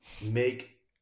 make